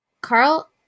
Carl